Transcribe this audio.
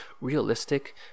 realistic